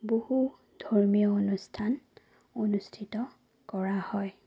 বহুত ধৰ্মীয় অনুষ্ঠান অনুষ্ঠিত কৰা হয়